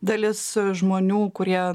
dalis žmonių kurie